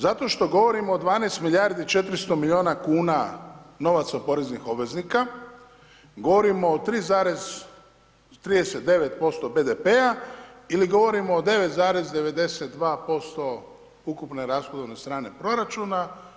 Zato što govorimo o 12 milijardi 400 milijuna kuna novaca poreznih obveznika, govorimo o 3,39% BDP-a ili govorimo o 9,92% ukupne rashodovne strane proračuna.